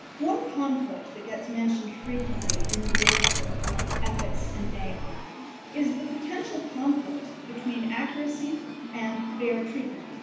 one conflict that gets mentioned frequently in the literature on ethics and ai is the potential conflict between accuracy and fair treatment.